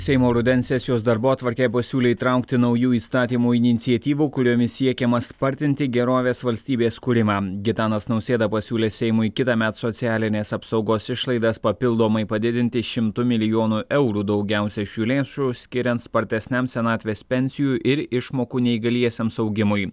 seimo rudens sesijos darbotvarkę pasiūlė įtraukti naujų įstatymų iniciatyvų kuriomis siekiama spartinti gerovės valstybės kūrimą gitanas nausėda pasiūlė seimui kitąmet socialinės apsaugos išlaidas papildomai padidinti šimtu milijonų eurų daugiausiai šių lėšų skiriant spartesniam senatvės pensijų ir išmokų neįgaliesiems augimui